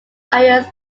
various